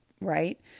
right